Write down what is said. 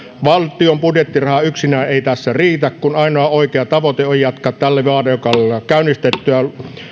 valtion budjettiraha yksinään ei tässä riitä kun ainoa oikea tavoite on jatkaa tällä vaalikaudella käynnistettyä